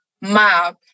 map